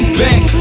back